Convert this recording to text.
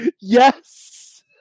Yes